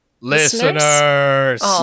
Listeners